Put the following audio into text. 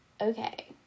Okay